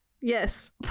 Yes